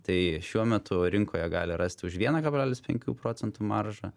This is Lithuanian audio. tai šiuo metu rinkoje gali rasti už vieną kablelis penkių procentų maržą